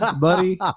buddy